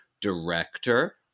director